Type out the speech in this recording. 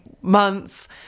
months